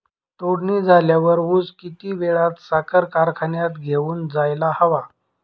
तोडणी झाल्यावर ऊस किती वेळात साखर कारखान्यात घेऊन जायला हवा?